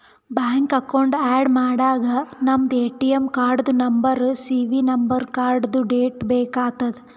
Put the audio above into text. bank account add ಮಾಡಾಗ ನಮ್ದು ATM ಕಾರ್ಡ್ದು ನಂಬರ್ ಸಿ.ವಿ ನಂಬರ್ ಕಾರ್ಡ್ದು ಡೇಟ್ ಬೇಕ್ ಆತದ್